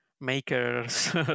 makers